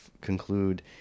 conclude